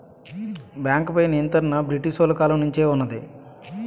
బేంకుపై నియంత్రణ బ్రిటీసోలు కాలం నుంచే వున్నది